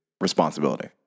responsibility